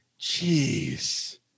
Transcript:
Jeez